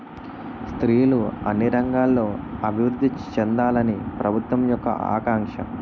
స్త్రీలు అన్ని రంగాల్లో అభివృద్ధి చెందాలని ప్రభుత్వం యొక్క ఆకాంక్ష